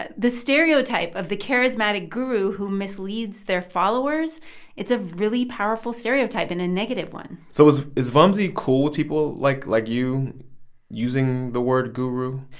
but the stereotype of the charismatic guru who misleads their followers it's a really powerful stereotype and a negative one so is vamsee cool with people like like you using the word guru?